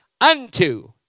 unto